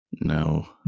No